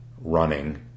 running